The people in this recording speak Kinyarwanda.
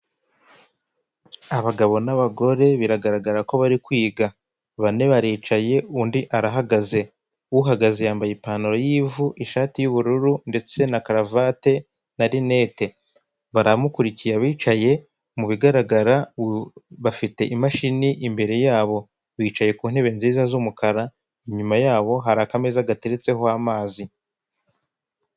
Abagabo n'abagore biragaragara ko bari kwiga, bane baricaye undi arahagaze, uhagaze yambaye ipantaro y'ivu, ishati y'ubururu ndetse na karuvate na rinete, baramukuriye abicaye mu bigaragara bafite imashini imbere yabo, bicaye ku ntebe nziza z'umukara, inyuma yabo hari akameza gateretseho amazi.